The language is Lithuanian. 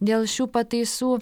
dėl šių pataisų